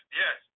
yes